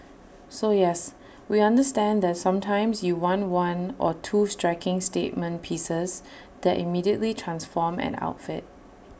so yes we understand that sometimes you want one or two striking statement pieces that immediately transform an outfit